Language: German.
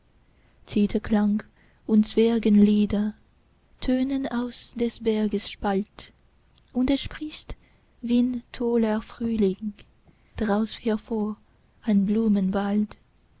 zitherklang und zwergenlieder tönen aus des berges spalt und es sprießt wie'n toller frühling draus hervor ein